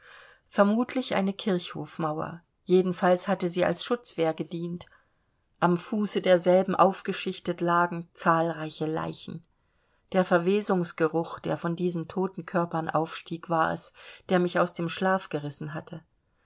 vermutlich eine kirchhofmauer jedenfalls hatte sie als schutzwehr gedient am fuße derselben aufgeschichtet lagen zahlreiche leichen der verwesungsgeruch der von diesen toten körpern aufstieg war es der mich aus dem schlaf gerissen hatte